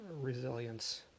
resilience